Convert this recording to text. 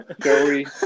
Joey